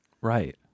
Right